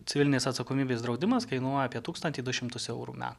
civilinės atsakomybės draudimas kainuoja apie tūkstantį du šimtus eurų